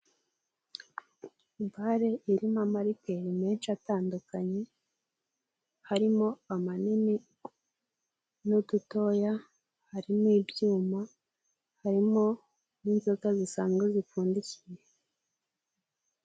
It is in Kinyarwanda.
Bare irimo amarikeri menshi atandukanye harimo amanini n'udutoya, harimo ibyuma, harimo n'inzoga zisanzwe zipfundikiye.